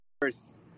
first